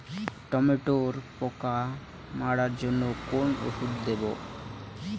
টমেটোর পোকা মারার জন্য কোন ওষুধ দেব?